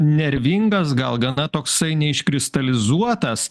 nervingas gal gana toksai neiškristalizuotas